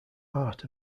art